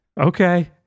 Okay